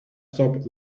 stop